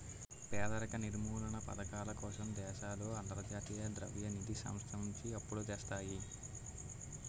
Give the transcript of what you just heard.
పేదరిక నిర్మూలనా పధకాల కోసం దేశాలు అంతర్జాతీయ ద్రవ్య నిధి సంస్థ నుంచి అప్పులు తెస్తాయి